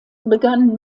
begann